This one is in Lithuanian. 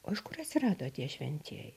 o iš kur atsirado tie šventieji